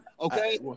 Okay